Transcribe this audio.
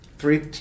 Three